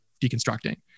deconstructing